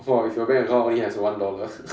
!wah! if your bank only has one dollar